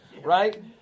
right